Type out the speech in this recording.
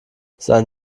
seien